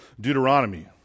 Deuteronomy